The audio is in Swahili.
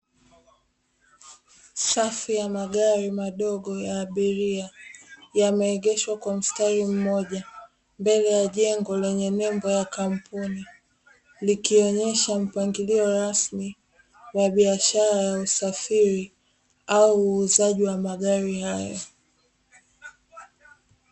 Safu ya magari madogo ya abiria, yameegeshwa kwa mstari mmoja mbele ya jengo lenye nembo ya kampuni, likionyesha mpangilio rasmi wa biashara ya usafiri au uuzaji wa magari hayo.